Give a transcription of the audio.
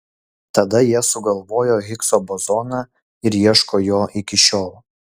tada jie sugalvojo higso bozoną ir ieško jo iki šiol